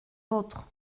autres